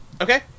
Okay